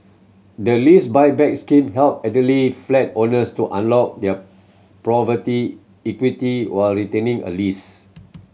the Lease Buyback Scheme help elderly flat owners to unlock their property equity while retaining a lease